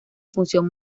función